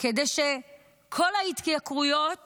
כדי שכל ההתייקרויות